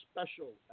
special